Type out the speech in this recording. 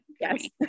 Yes